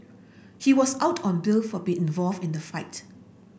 he was out on bail for being involved in the fight